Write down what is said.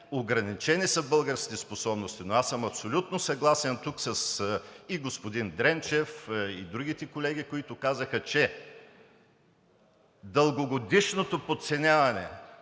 ограничени са българските способности, но аз съм абсолютно съгласен тук – и с господин Дренчев, и другите колеги, които казаха, че дългогодишното подценяване